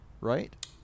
right